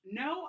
no